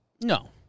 No